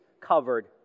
covered